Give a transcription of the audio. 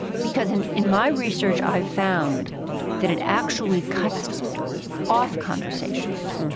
because in in my research, i've found that it actually cuts off conversations